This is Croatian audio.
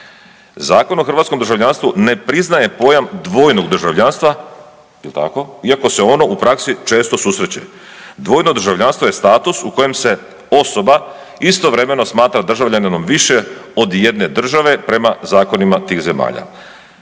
Zakon o hrvatskom državljanstvu ne priznaje pojam dvojnog državljanstva, je li tako, iako se ono u praksi često susreće. Dvojno državljanstvo je status u kojem se osoba istovremeno smatra državljaninom više od jedne države prema zakonima tih zemalja.